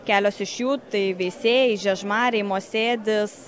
kelios iš jų tai veisiejai žiežmariai mosėdis